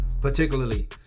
Particularly